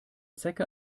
zecke